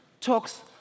talks